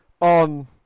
on